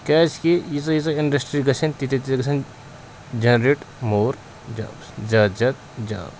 کیٛازِکہِ ییٖژاہ ییٖژاہ اِنٛڈَسٹِرٛی گژھَن تیٖتیٛاہ تیٖتیٛاہ گژھَن جَنریٹ مور جابٕس زیادٕ زیادٕ جاب